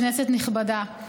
כנסת נכבדה,